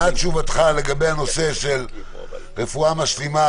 מה דעתך על הנושא של רפואה משלימה,